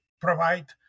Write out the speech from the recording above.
provide